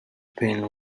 pin